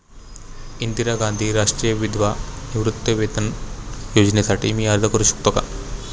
इंदिरा गांधी राष्ट्रीय विधवा निवृत्तीवेतन योजनेसाठी मी अर्ज करू शकतो?